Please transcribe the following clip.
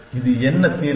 இது என்ன தீர்வு